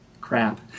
crap